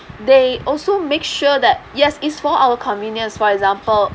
they also make sure that yes it's for our convenience for example